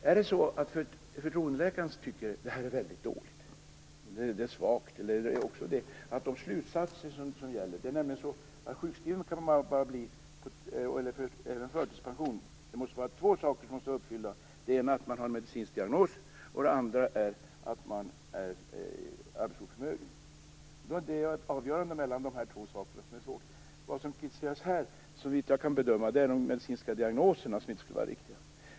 Ibland kanske förtroendeläkaren tycker att ett intyg är väldigt dåligt eller svagt, och då blir det ett svårt avgörande mellan de två saker som behöver vara uppfyllda för att man skall få sjukskrivning eller förtidspension: att man har en medicinsk diagnos och att man är arbetsoförmögen. Vad som kritiseras här, såvitt jag kan bedöma, är att de medicinska diagnoserna inte skulle vara riktiga.